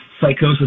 psychosis